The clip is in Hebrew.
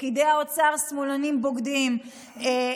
פקידי האוצר שמאלנים בוגדים,